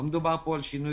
לא מדובר פה על שינוי